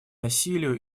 насилию